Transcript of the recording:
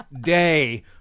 day